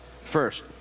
first